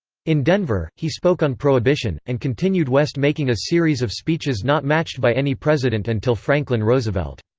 in denver, he spoke on prohibition, and continued west making a series of speeches not matched by any president until franklin roosevelt.